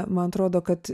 man atrodo kad